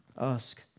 Ask